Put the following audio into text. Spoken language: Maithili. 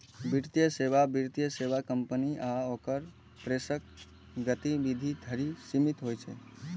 वित्तीय सेवा वित्तीय सेवा कंपनी आ ओकर पेशेवरक गतिविधि धरि सीमित होइ छै